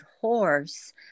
horse